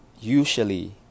usually